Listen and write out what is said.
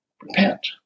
Repent